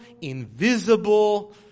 invisible